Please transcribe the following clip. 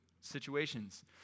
situations